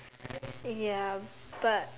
ya but